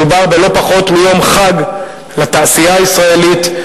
מדובר בלא פחות מיום חג לתעשייה הישראלית,